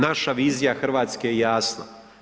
Naša vizija RH je jasna.